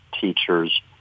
teachers